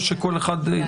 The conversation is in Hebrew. כן.